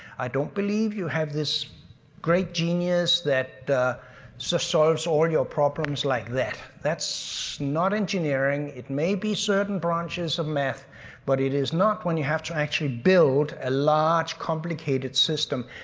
i don't believe you have this great genius that just so solves all your problems like that. that's so not engineering, it may be certain branches of math but it is not when you have to actually build a large, complicated system,